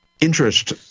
interest